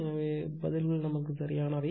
எனவே பதில்கள் சரியானவை